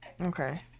Okay